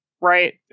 right